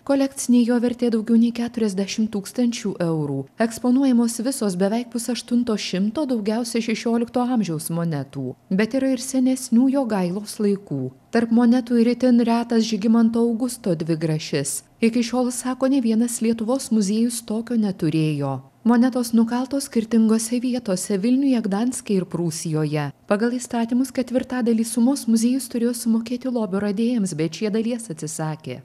kolekcinė jo vertė daugiau nei keturiasdešim tūkstančių eurų eksponuojamos visos beveik pusaštunto šimto daugiausia šešiolikto amžiaus monetų bet yra ir senesnių jogailos laikų tarp monetų ir itin retas žygimanto augusto dvigrašis iki šiol sako nė vienas lietuvos muziejus tokio neturėjo monetos nukaltos skirtingose vietose vilniuje gdanske ir prūsijoje pagal įstatymus ketvirtadalį sumos muziejus turėjo sumokėti lobio radėjams bet šie dalies atsisakė